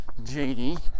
JD